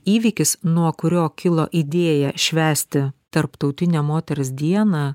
įvykis nuo kurio kilo idėja švęsti tarptautinę moters dieną